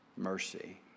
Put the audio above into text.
mercy